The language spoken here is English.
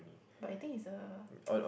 but I think it's a